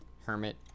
Hermit